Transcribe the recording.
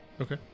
okay